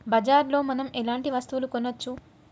బజార్ లో మనం ఎలాంటి వస్తువులు కొనచ్చు?